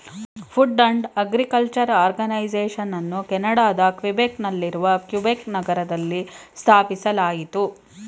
food and agriculture ಆರ್ಗನೈಸೇಷನನ್ನು ಕೆನಡಾದ Quebec ನಲ್ಲಿರುವ ಕ್ಯುಬೆಕ್ ನಗರದಲ್ಲಿ ಸ್ಥಾಪಿಸಲಾಯಿತು